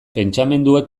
pentsamenduek